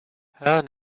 her